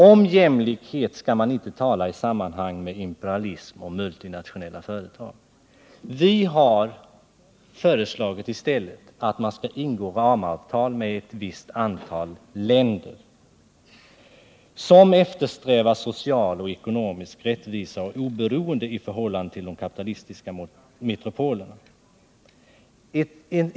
Om jämlikhet skall man inte tala i samband med imperialism och multinationella företag. Vi har föreslagit att man i stället skall ingå ramavtal med ett antal länder som eftersträvar social och ekonomisk rättvisa och oberoende i förhållande till de kapitalistiska metropolerna.